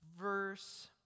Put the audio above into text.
verse